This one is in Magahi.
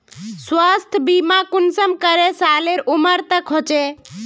स्वास्थ्य बीमा कुंसम करे सालेर उमर तक होचए?